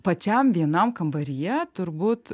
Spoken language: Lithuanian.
pačiam vienam kambaryje turbūt